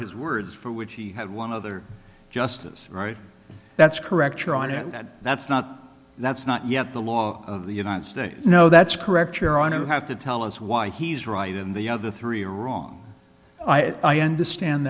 his words for which he had one other justices right that's correct your honor that that's not that's not yet the law of the united states no that's correct your honor i have to tell us why he's right in the other three are wrong i understand